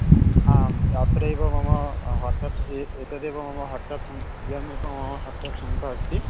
आम् अत्रैव मम वाट्साप् एतत् एव मम वाट्साप् वाट्साप् आप् संख्या अस्ति